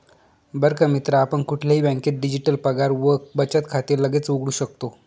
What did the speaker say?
बर का मित्रा आपण कुठल्याही बँकेत डिजिटल पगार व बचत खाते लगेच उघडू शकतो